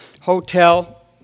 hotel